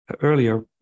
earlier